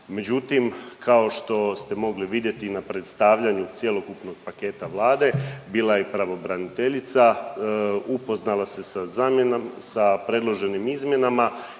međutim kao što ste mogli vidjeti na predstavljanju cjelokupnog paketa Vlade, bila je i pravobraniteljica, upoznala se sa predloženim izmjenama